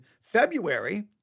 February